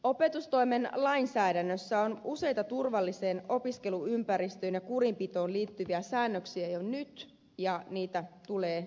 opetustoimen lainsäädännössä on useita turvalliseen opiskeluympäristöön ja kurinpitoon liittyviä säännöksiä jo nyt ja niitä tulee edelleenkin noudattaa